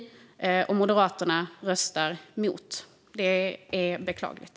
Moderaterna kommer att rösta emot det, och detta är beklagligt.